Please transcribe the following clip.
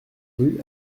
rue